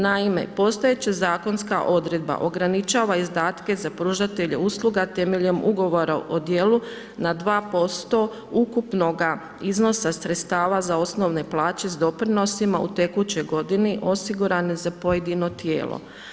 Naime, postojeća zakonska odredba, ograničava izdataka za pružatelje usluga temeljem ugovora o dijelu, na 2% ukupnoga iznosa za sredstava za osnovne plaće s doprinosima u tekućoj godini osigurane za pojedino tijelo.